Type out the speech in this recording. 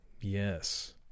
Yes